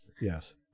yes